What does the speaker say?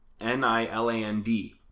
N-I-L-A-N-D